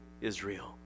Israel